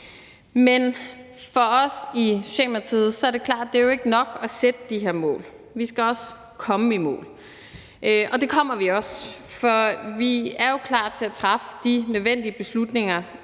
Men for os i Socialdemokratiet er det klart, at det ikke er nok at sætte de her mål. Vi skal også komme i mål, og det kommer vi også, for vi er jo klar til at træffe de nødvendige beslutninger,